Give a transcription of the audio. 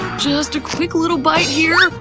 just a quick little bite here,